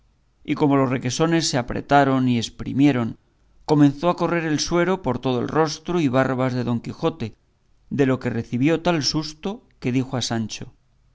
y como los requesones se apretaron y exprimieron comenzó a correr el suero por todo el rostro y barbas de don quijote de lo que recibió tal susto que dijo a sancho